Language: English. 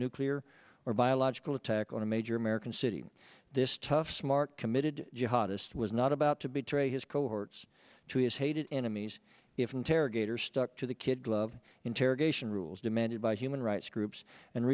nuclear or biological attack on a major american city this tough smart committed jihad ist was not about to betray his cohorts to his hated enemies if interrogators stuck to the kid glove interrogation rules demanded by human rights groups and